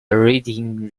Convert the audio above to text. written